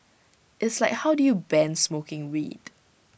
it's like how do you ban smoking weed